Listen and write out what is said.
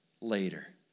later